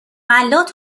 غلات